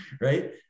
Right